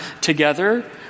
together